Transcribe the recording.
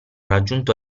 raggiunto